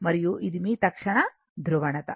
మరియు ఇది మీ తక్షణ ధ్రువణత